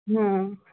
ହୁଁ